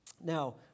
Now